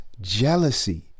jealousy